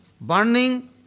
burning